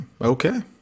okay